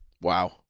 wow